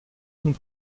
sont